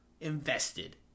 invested